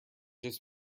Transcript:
just